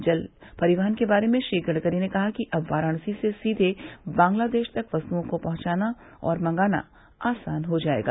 जल परिवहन के बारे में श्री गडकरी ने कहा कि अब वाराणसी से सीवे बांग्लादेश तक वस्तुओं को पहुंचाना और मंगाना आसान हो जायेगा